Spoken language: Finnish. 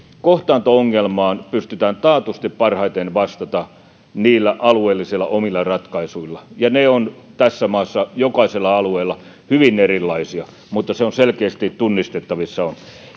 kohtaanto ongelmaan pystytään taatusti parhaiten vastaamaan niillä omilla alueellisilla ratkaisuilla ja ne ovat tässä maassa jokaisella alueella hyvin erilaisia mutta se on selkeästi tunnistettavissa